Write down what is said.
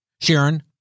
Sharon